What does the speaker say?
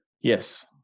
Yes